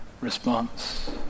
response